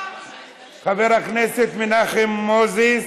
חבר הכנסת מנחם מוזס,